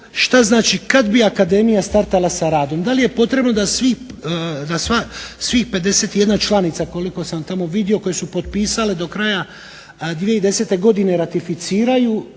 što znači kad bi akademija startala sa radom. Da li je potrebno da svih 51 članica, koliko sam tamo vidio, koje su potpisale do kraja 2010. godine ratificiraju